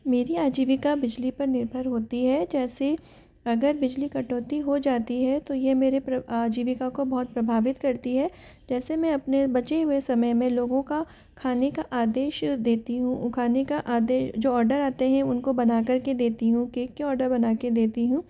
मेरी आजीविका बिजली पर निर्भर होती है जैसे अगर बिजली कटौती हो जाती है तो यह मेरे आजीविका को बहुत प्रभावित करती है जैसे मैं अपने बचे हुए समय में लोगों का खाने का आदेश देती हूँ खाने का जो आर्डर आते हैं उनको बनाकर के देती हूँ केक के ऑर्डर बना कर देती हूँ